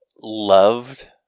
loved